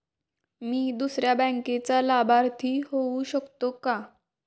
मी दुसऱ्या बँकेचा लाभार्थी होऊ शकतो का?